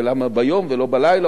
ולמה ביום ולא בלילה,